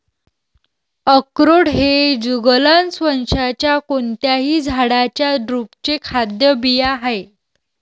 अक्रोड हे जुगलन्स वंशाच्या कोणत्याही झाडाच्या ड्रुपचे खाद्य बिया आहेत